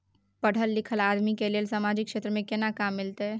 पढल लीखल आदमी के लेल सामाजिक क्षेत्र में केना काम मिलते?